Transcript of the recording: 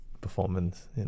performance